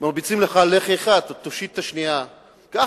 מרביצים לך על לחי אחת, אתה תושיט את השנייה.